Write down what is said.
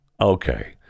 okay